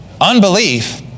Unbelief